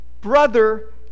brother